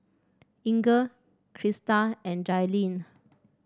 Inger Krysta and Jailyn